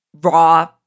raw